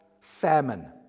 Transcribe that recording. famine